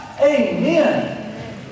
Amen